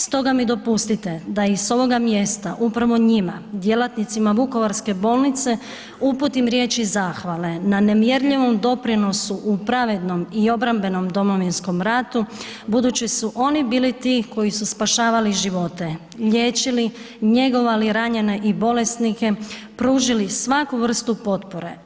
Stoga mi dopustite da i s ovoga mjesta upravo njima, djelatnicima vukovarske bolnice uputim riječi zahvale na nemjerljivom doprinosu u pravednom i obrambenom Domovinskom ratu budući su oni bili ti koji su spašavali živote, liječili, njegovali ranjene i bolesnike, pružili svaku vrstu potpore.